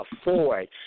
afford